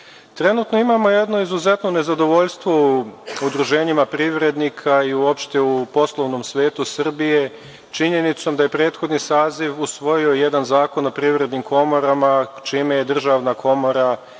ima jedno izuzetno nezadovoljstvo u udruženjima privrednika i uopšte u poslovnom svetu Srbije, činjenicom da je prethodni saziv usvojio jedan Zakon o privrednim komorama, čime je državna komora